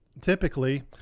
typically